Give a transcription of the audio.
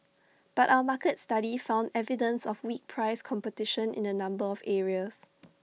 but our market study found evidence of weak price competition in A number of areas